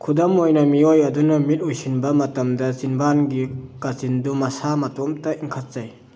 ꯈꯨꯗꯝ ꯑꯣꯏꯅ ꯃꯤꯑꯣꯏ ꯑꯗꯨꯅ ꯃꯤꯠ ꯎꯏꯁꯤꯟꯕ ꯃꯇꯝꯗ ꯆꯤꯝꯕꯥꯟꯒꯤ ꯀꯥꯆꯤꯟꯗꯨ ꯃꯁꯥ ꯃꯇꯣꯝꯇ ꯏꯟꯈꯠꯆꯩ